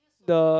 the